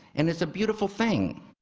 and it's a beautiful thing.